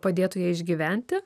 padėtų jai išgyventi